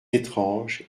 étrange